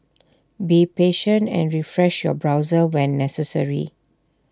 be patient and refresh your browser when necessary